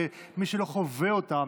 שמי שלא חווה אותם,